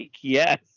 yes